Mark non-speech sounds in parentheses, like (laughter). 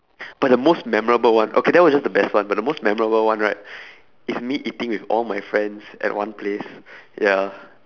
(breath) but the most memorable one okay that was just the best one but the most memorable one right is me eating with all my friends at one place